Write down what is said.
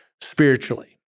spiritually